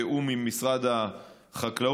בתיאום עם משרד החקלאות,